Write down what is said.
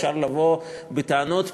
אפשר לבוא בטענות פי-עשרה,